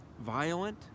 violent